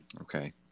Okay